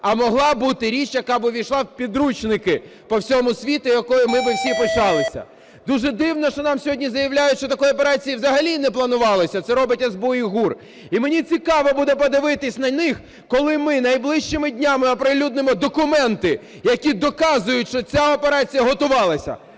А могла бути річ, яка б увійшла в підручники по всьому світу, якою ми би всі пишалися. Дуже дивно, що нам сьогодні заявляють, що такої операції взагалі не планувалося, це робить СБУ і ГУР. І мені цікаво буде подивитися на них, коли ми найближчими днями оприлюднимо документи, які доказують, що ця операція готувалася.